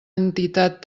entitat